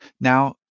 Now